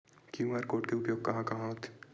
QR code के उपयोग कहां कहां होथे?